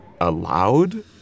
allowed